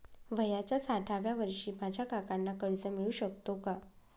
वयाच्या साठाव्या वर्षी माझ्या काकांना कर्ज मिळू शकतो का?